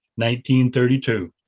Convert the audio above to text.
1932